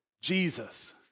Jesus